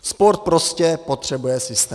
Sport prostě potřebuje systém.